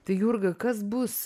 tai jurga kas bus